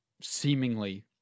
seemingly